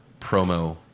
promo